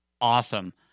Awesome